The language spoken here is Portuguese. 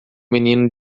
menino